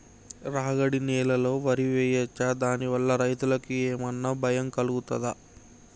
రాగడి నేలలో వరి వేయచ్చా దాని వల్ల రైతులకు ఏమన్నా భయం కలుగుతదా?